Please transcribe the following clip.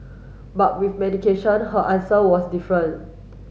but with medication her answer was different